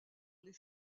les